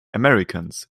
americans